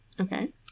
Okay